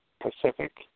Pacific